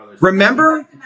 Remember